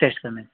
test کرنے